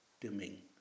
dimming